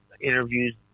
interviews